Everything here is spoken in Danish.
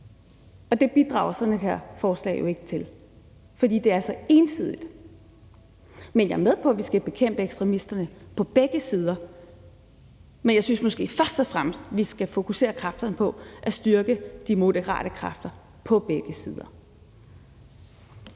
Og det bidrager sådan et forslag her ikke til, fordi det er så ensidigt. Jeg er med på, at vi skal bekæmpe ekstremisterne på begge sider, men jeg synes måske først og fremmest, at vi skal fokusere kræfterne på at styrke de moderate kræfter på begge sider.